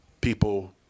people